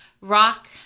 rock